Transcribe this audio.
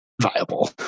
viable